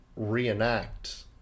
reenact